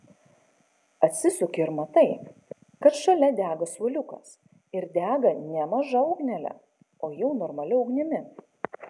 atsisuki ir matai kad šalia dega suoliukas ir dega ne maža ugnele o jau normalia ugnimi